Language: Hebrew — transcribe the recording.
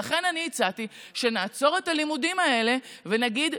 ולכן אני הצעתי שנעצור את הלימודים האלה ונגיד: